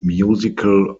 musical